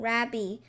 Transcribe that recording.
Rabbi